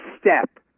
step